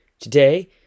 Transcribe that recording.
Today